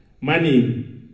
money